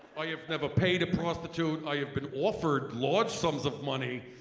i have never paid a prostitute. i have been offered large sums of money